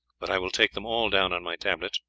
but i will take them all down on my tablets.